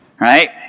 Right